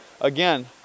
again